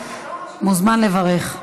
מוזמן לברך.